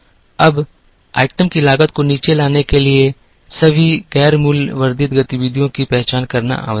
अब आइटम की लागत को नीचे लाने के लिए सभी गैर मूल्य वर्धित गतिविधियों की पहचान करना आवश्यक था